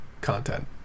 content